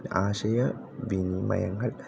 ആശയ വിനിമയങ്ങൾ